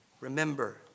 Remember